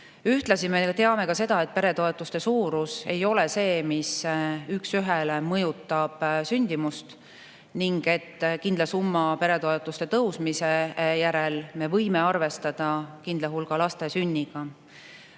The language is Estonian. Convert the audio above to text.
Ühtlasi me teame ka seda, et peretoetuste suurus ei ole see, mis üks ühele mõjutab sündimust, ning et kindla summa võrra peretoetuste tõusmise järel me [ei saa] arvestada kindla hulga laste sünniga.